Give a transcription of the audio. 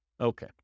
Okay